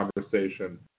conversation